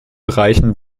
bereichen